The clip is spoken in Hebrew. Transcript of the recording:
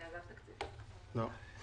לא.